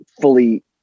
fully